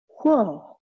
Whoa